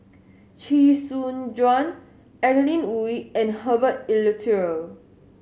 Chee Soon Juan Adeline Ooi and Herbert Eleuterio